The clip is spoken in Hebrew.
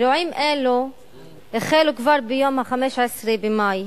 אירועים אלו החלו כבר ביום 15 במאי.